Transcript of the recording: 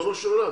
ריבונו של עולם.